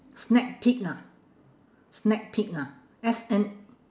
snack peak ah snack peak ah S N